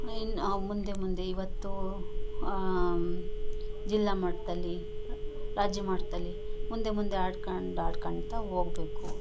ಇನ್ನು ಮುಂದೆ ಮುಂದೆ ಇವತ್ತು ಜಿಲ್ಲಾ ಮಟ್ಟದಲ್ಲಿ ರಾಜ್ಯ ಮಟ್ಟದಲ್ಲಿ ಮುಂದೆ ಮುಂದೆ ಆಡ್ಕೊಂಡ್ ಆಡ್ಕೊಳ್ತ ಹೋಗ್ಬೇಕು